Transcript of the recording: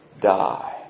die